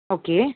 okay